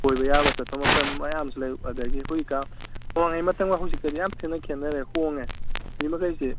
ꯀꯣꯏꯕ ꯌꯥꯕ ꯆꯠꯄ ꯃꯐꯝ ꯃꯌꯥꯝꯁꯨ ꯂꯩ ꯑꯗꯒꯤ ꯑꯩꯈꯣꯏꯒꯤ ꯅꯍꯥꯟꯋꯥꯏ ꯃꯇꯝꯒ ꯍꯧꯖꯤꯛꯀꯗꯤ ꯌꯥꯝ ꯊꯤꯅ ꯈꯦꯠꯅꯔꯦ ꯍꯣꯡꯉꯦ ꯁꯤꯃꯈꯩꯁꯤ